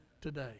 today